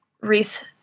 wreath